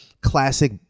classic